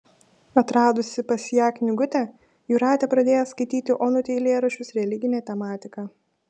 atradusi pas ją knygutę jūratė pradėjo skaityti onutei eilėraščius religine tematika